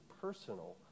personal